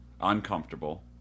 uncomfortable